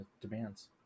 demands